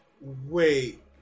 wait